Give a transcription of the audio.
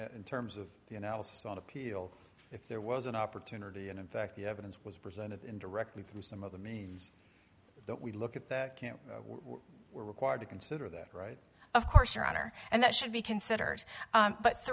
in terms of you know if there was an opportunity and in fact the evidence was presented in directly through some other means that we look at the way we're required to consider that right of course your honor and that should be considered